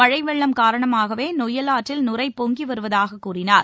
மழை வெள்ளம் காரணமாகவே நொய்யல் ஆற்றில் நுரை பொங்கி வருவதாகக் கூறினார்